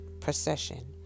procession